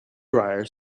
dryer